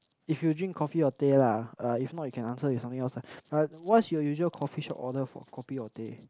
if you drink coffee or teh lah eh if not you can answer with something else lah uh what's your usual coffee shop order for kopi or teh